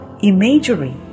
imagery